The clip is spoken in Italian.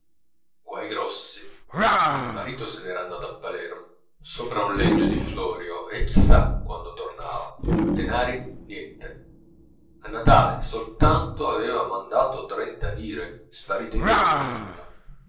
bettina guai grossi il marito se n'era andato a palermo sopra un legno di florio e chissà quando tornava denari niente a natale soltanto avea mandato trenta lire sparite via come il fumo